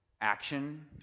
action